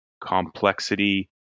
complexity